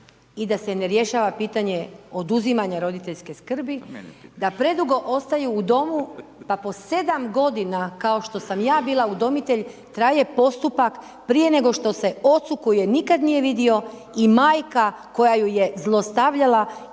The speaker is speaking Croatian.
i da se ne rješava pitanje oduzimanja roditeljske skrbi, da predugo ostaju u domu, pa po 7 g. kao što sam ja bila udomitelj, traje postupak prije nego što se ocu koji je nikad nije vidio i majka koja je zlostavljala